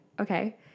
Okay